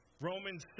Romans